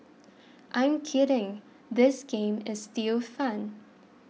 I'm kidding this game is still fun